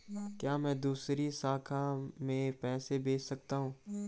क्या मैं दूसरी शाखा में पैसे भेज सकता हूँ?